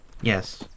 Yes